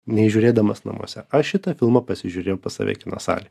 nei žiūrėdamas namuose aš šitą filmą pasižiūrėjau pas save kino salėj